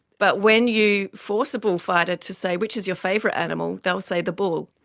but when you force a bullfighter to say which is your favourite animal, they'll say the bull.